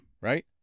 right